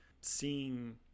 seeing